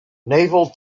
naval